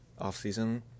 offseason